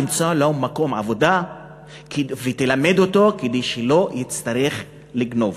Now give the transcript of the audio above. תמצא לו מקום עבודה ותלמד אותו כדי שלא יצטרך לגנוב.